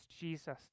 Jesus